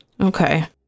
Okay